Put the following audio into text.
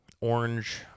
orange